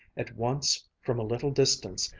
at once from a little distance,